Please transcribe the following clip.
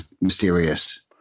mysterious